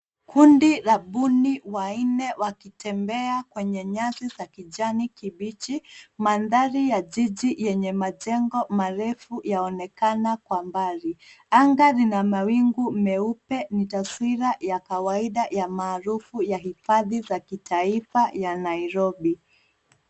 Kundi la mbuni wanne wakitembea kwenye nyasi za kijani kibichi. Mandhari ya jiji yenye majengo marefu yaonekana kwa mbali. Anga lina mawingu meupe. Ni taswira ya kawaida ya maarufu ya hifadhi za kitaifa ya Nairobi.